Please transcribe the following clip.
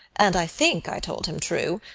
and i think i told him true,